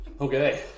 Okay